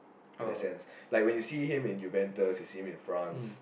in a sense like when you see and you banter you see him in France